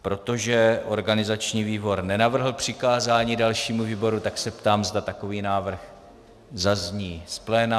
Protože organizační výbor nenavrhl přikázání dalšímu výboru, ptám se, zda takový návrh zazní z pléna.